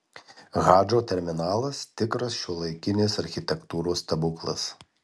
hadžo terminalas tikras šiuolaikinės architektūros stebuklas